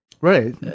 Right